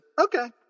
okay